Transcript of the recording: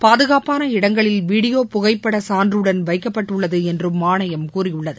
பாதுகாப்பான இடங்களில் வீடியோ புகைப்பட சான்றுடன் வைக்கப்பட்டுள்ளது என்று ஆணையும் கூறியுள்ளது